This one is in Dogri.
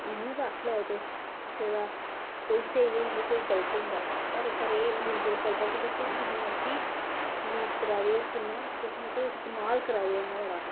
मूंह् गै आक्खी लैओ तुस कुसे दा कोई स्हेई होंदा कोई गल्त होंदा थुआढ़े उप्पर एह् निर्भर करदा कि तुस किना उसी यूज करा दे हो और किना तुस मतलब इस्तेमाल करा दे ओह् नुआढ़ा